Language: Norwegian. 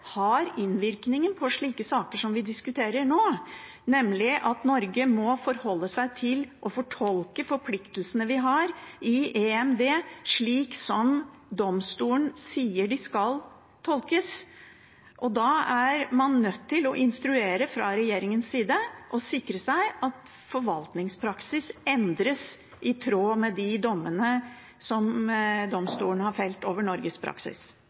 har innvirkning på slike saker som vi diskuterer nå, nemlig at Norge må forholde seg til og fortolke forpliktelsene vi har i EMD, slik som domstolen sier de skal tolkes. Da er man nødt til fra regjeringens side å instruere og sikre at forvaltningspraksis endres i tråd med de dommene som domstolen har felt over Norges praksis.